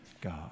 God